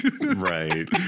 Right